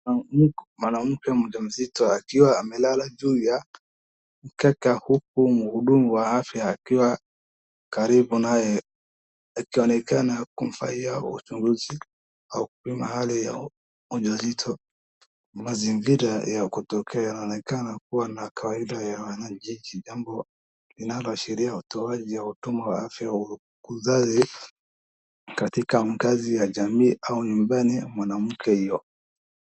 Mwanamke mjamzito akiwa amelala juu ya mkeka huku muhudumu wa afya akiwa karibu naye akionekana akimfanyia uchunguzi au kupima hali ya ujauzito. Mazingira ya kutokea yanaonekana kuwa na kawaida ya wanakijiji, jambo linaloashiria utoaji wa huduma wa afya ya kizazi katika mkazi ya jamii ama nyumbani mwa mwanamke huyo.